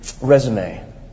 resume